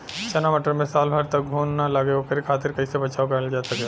चना मटर मे साल भर तक घून ना लगे ओकरे खातीर कइसे बचाव करल जा सकेला?